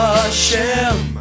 Hashem